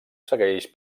segueix